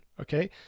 Okay